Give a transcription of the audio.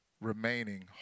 remaining